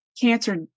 cancer